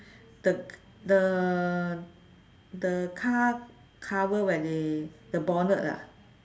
the the the car cover where they the bonnet ah